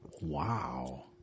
Wow